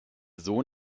sohn